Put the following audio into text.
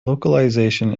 localization